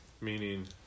meaning